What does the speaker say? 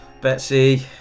Betsy